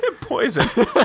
poison